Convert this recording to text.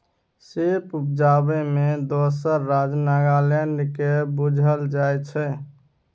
सेब उपजाबै मे दोसर राज्य नागालैंड केँ बुझल जाइ छै